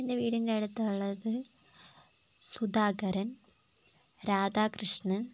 എൻ്റെ വീടിൻ്റെ അടുത്തുള്ളത് സുധാകരൻ രാധാകൃഷ്ണൻ